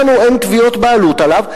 לנו אין תביעות בעלות עליו.